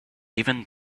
even